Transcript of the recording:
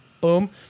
boom